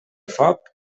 foc